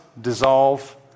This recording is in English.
dissolve